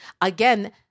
Again